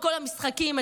עזוב רגע את כל המשחקים,